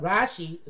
Rashi